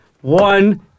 One